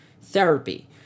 therapy